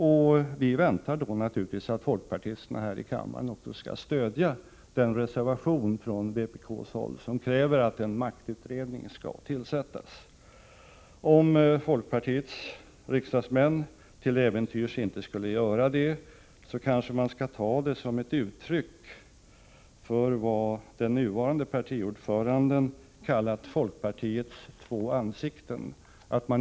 Vi förväntar oss naturligtvis att folkpartisterna vid voteringen här i kammaren skall stödja den reservation från vpk som kräver att en maktutredning skall tillsättas. Om folkpartiets riksdagsmän till äventyrs inte skulle göra det, kanske man skall uppfatta det som ett uttryck för vad den nuvarande partiordföranden kallat folkpartiets två ansikten.